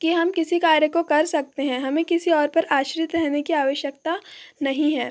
कि हम किसी कार्य को कर सकते हैं हमें किसी और पर आश्रित रहने की आवश्यकता नहीं है